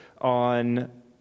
on